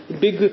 big